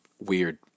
weird